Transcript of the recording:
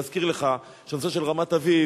להזכיר לך שהנושא של רמת-אביב,